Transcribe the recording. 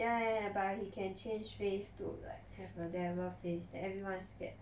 ya ya ya but he can change face to like have a devil face that everyone's scared